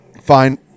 Fine